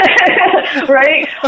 right